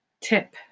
tip